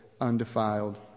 undefiled